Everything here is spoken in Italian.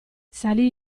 salì